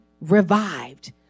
revived